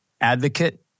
advocate